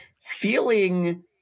feeling